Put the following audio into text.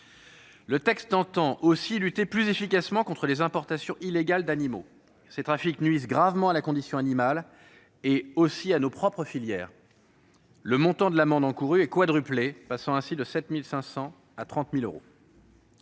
Le texte prévoit aussi de lutter plus efficacement contre les importations illégales d'animaux. Ces trafics nuisent gravement à la condition animale, mais aussi à nos propres filières. Le montant de l'amende encourue est quadruplé, passant ainsi de 7 500 à 30 000 euros.